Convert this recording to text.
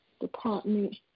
department